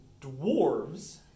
dwarves